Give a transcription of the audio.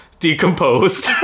decomposed